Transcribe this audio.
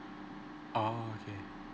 oh okay